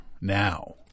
now